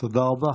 תודה רבה.